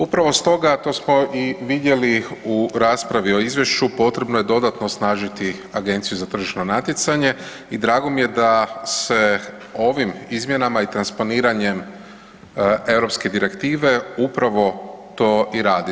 Upravo stoga to smo i vidjeli u raspravi o Izvješću potrebno je dodatno osnažiti Agenciju za tržišno natjecanje i drago mi je da se ovim izmjenama i transponiranjem europske direktive upravo to i radi.